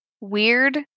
weird